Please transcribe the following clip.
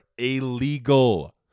illegal